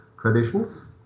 traditions